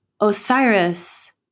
Osiris